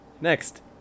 next